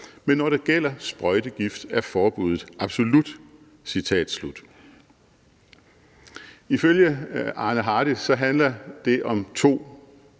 Men når det gælder sprøjtegift, er forbuddet absolut.« Ifølge Arne Hardis handler det om to